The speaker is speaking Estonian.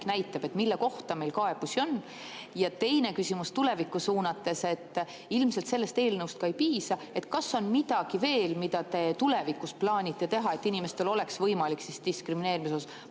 näitab, mille kohta meil kaebusi on? Teine küsimus on tulevikku suunatud. Ilmselt sellest eelnõust ei piisa. Kas on midagi veel, mida te tulevikus plaanite teha, et inimestel oleks võimalik diskrimineerimise